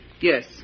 Yes